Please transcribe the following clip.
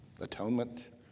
atonement